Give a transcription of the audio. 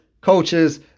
coaches